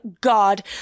God